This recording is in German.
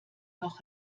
noch